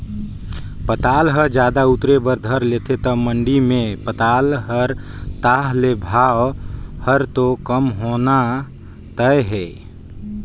पताल ह जादा उतरे बर धर लेथे त मंडी मे पताल हर ताह ले भाव हर तो कम ह होना तय हे